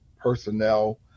personnel